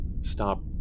stop